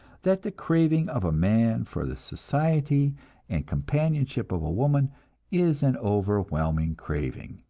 that the craving of a man for the society and companionship of a woman is an overwhelming craving,